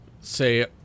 say